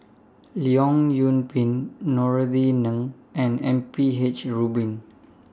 Leong Yoon Pin Norothy Ng and M P H Rubin